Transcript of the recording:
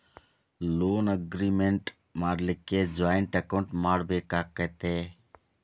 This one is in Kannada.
ಲೊನ್ ಅಗ್ರಿಮೆನ್ಟ್ ಮಾಡ್ಲಿಕ್ಕೆ ಜಾಯಿಂಟ್ ಅಕೌಂಟ್ ಮಾಡ್ಬೆಕಾಕ್ಕತೇ?